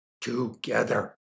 together